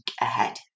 ahead